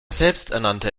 selbsternannte